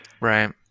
right